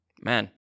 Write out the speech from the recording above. man